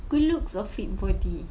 good looks or fit body